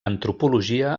antropologia